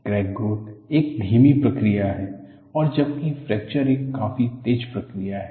crack growth एक धीमी प्रक्रिया है जबकि फ्रैक्चर एक काफी तेज प्रक्रिया है